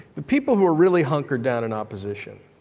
the people who are really hunkered down in opposition,